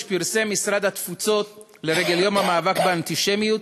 פרסם משרד התפוצות, לרגל יום המאבק באנטישמיות,